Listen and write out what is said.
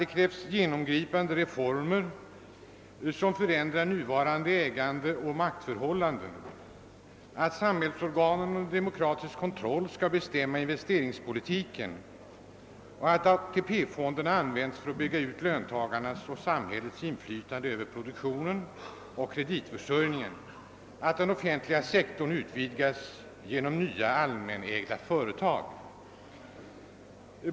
Det krävs genomgripande reformer, som förändrar nuvarande ägandeoch maktförhållanden, att samhällsorganen under demokratisk kontroll skall bestämma investeringspolitiken, att AP-fonderna används för att bygga ut löntagarnas och samhällets inflytande över produktionen och kreditförsörjningen och att den offentliga sektorn utvidgas genom nya allmänägda företag.